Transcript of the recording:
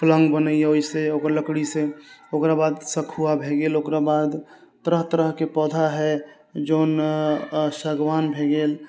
पलङ्ग बनैया ओहि से ओहि लकड़ी से ओकरा बाद सखुआ भऽ गेल ओकरा बाद तरह तरहके पौधा हइ जेना सागवान भए गेल